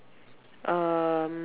um